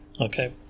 Okay